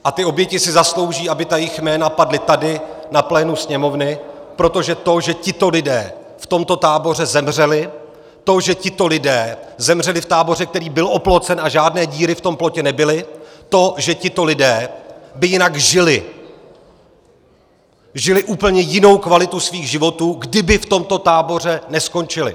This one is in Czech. A ty oběti si zaslouží, aby jejich jména padla tady na plénu Sněmovny, protože to, že tito lidé v tomto táboře zemřeli, to, že tito lidé zemřeli v táboře, který byl oplocen, a žádné díry v tom plotě nebyly, to, že tito lidé by jinak žili, žili úplně jinou kvalitu svých životů, kdyby v tomto táboře neskončili.